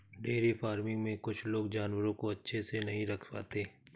dairy farming में कुछ लोग जानवरों को अच्छे से नहीं रख पाते